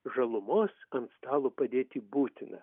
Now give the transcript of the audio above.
žalumos ant stalo padėti būtina